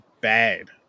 bad